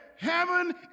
heaven